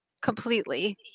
completely